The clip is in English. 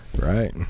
Right